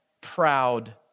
proud